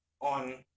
on